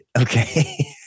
Okay